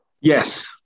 Yes